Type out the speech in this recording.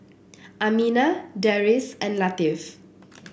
Aminah Deris and Latif